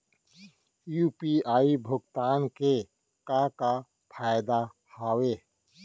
UPI भुगतान के का का फायदा हावे?